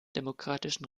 demokratischen